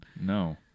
No